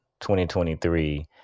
2023